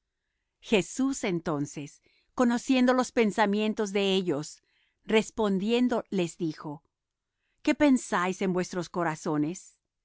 jesús entonces conociendo los pensamientos de ellos respondiendo les dijo qué pensáis en vuestros corazones